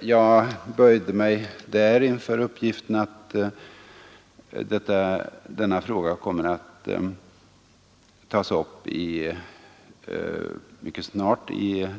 Jag böjde mig där inför uppgiften att denna fråga mycket snart kommer att tas upp av